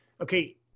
Okay